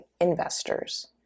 investors